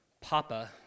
Papa